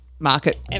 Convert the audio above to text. Market